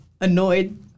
annoyed